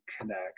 connect